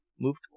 moved